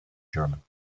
german